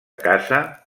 casa